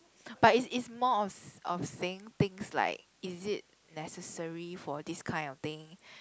but it's it's more of of saying things like is it necessary for this kind of thing